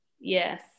Yes